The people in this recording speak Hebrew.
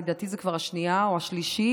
לדעתי זו השנייה או השלישית,